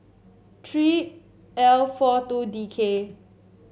three L four two D K